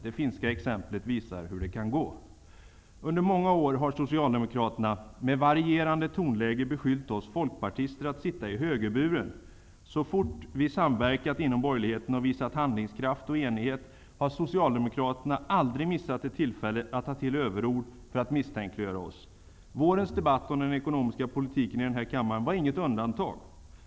Det finska exemplet visar hur det kan gå. Herr talman! Under många år har socialdemokraterna med varierande tonläge beskyllt oss folkpartister att sitta i högerburen. Så fort vi samverkat inom borgerligheten och visat handlingskraft och enighet har Socialdemokraterna aldrig missat ett tillfälle att ta till överord för att misstänkliggöra oss. Vårens debatt om den ekonomiska politiken i den här kammaren var inget undantag.